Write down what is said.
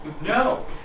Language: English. No